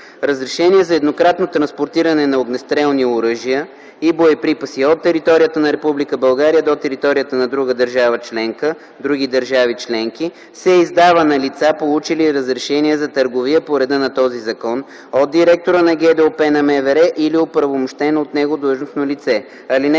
Разрешение за еднократно транспортиране на огнестрелни оръжия и боеприпаси от територията на Република България до територията на друга държава членка/други държави членки се издава на лица, получили разрешение за търговия по реда на този закон, от директора на ГДОП на МВР или оправомощено от него длъжностно лице.